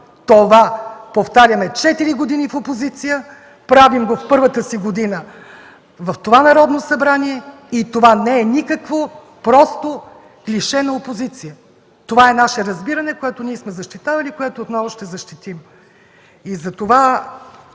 Това повтаряме четири години в опозиция, правим го в първата си година в това Народно събрание и това не е просто клише на опозицията. Това е наше разбиране, което сме защитавали и което отново ще защитим. За да